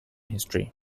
history